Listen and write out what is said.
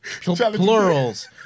Plurals